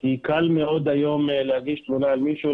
כי קל מאוד היום להגיש תלונה על מישהו,